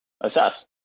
assess